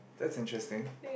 that's interesting